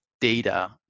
data